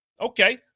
okay